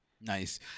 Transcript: Nice